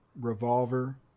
Revolver